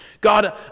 God